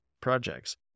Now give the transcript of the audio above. projects